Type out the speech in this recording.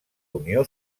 unió